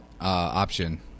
option